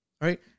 right